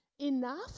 enough